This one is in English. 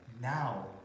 Now